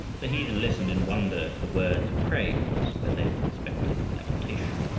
the heathen listened in wonder to the words of praise where they had expected lamentation,